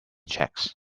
checks